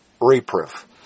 reproof